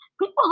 people